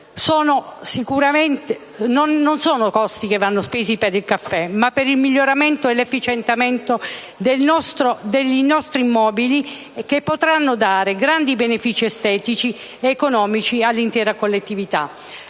Non sono costi sostenuti per il caffè ma per il miglioramento e l'efficientamento dei nostri immobili che potranno dare grandi benefici estetici ed economici all'intera collettività.